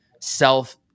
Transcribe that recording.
self